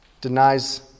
Denies